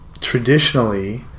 Traditionally